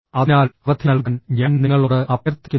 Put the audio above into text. അതിനാൽ അവധി നൽകാൻ ഞാൻ നിങ്ങളോട് അഭ്യർത്ഥിക്കുന്നു